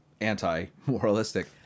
anti-moralistic